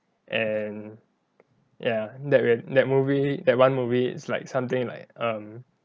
and ya that wh~ that movie that one movie it's like something like um